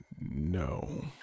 No